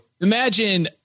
Imagine